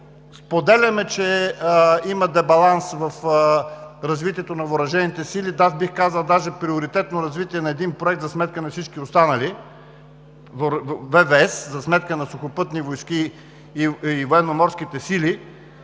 споделяме, че има дебаланс в развитието на въоръжените сили. Да, бих казал даже приоритетно развитие на един проект за сметка на всички останали – за сметка на ВВС, за сметка на Сухопътните войски и Военноморските сили.